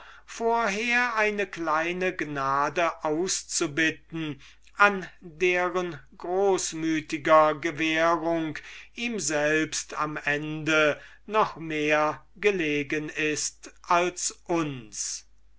vorher eine kleine gnade auszubitten an deren großmütiger gewährung ihm selbst am ende noch mehr gelegen ist als uns